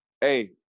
Hey